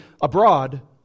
abroad